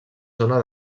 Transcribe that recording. zona